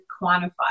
quantify